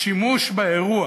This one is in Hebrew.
שימוש באירוע